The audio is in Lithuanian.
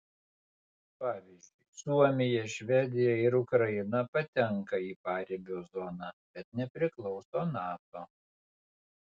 pavyzdžiui suomija švedija ir ukraina patenka į paribio zoną bet nepriklauso nato